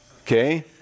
Okay